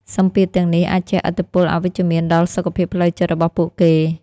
សម្ពាធទាំងនេះអាចជះឥទ្ធិពលអវិជ្ជមានដល់សុខភាពផ្លូវចិត្តរបស់ពួកគេ។